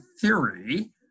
theory